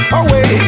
away